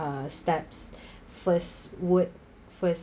uh steps first word first